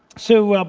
so